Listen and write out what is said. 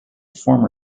former